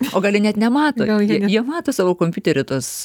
o gal jie net nemato jie mato savo kompiutery tuos